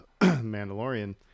mandalorian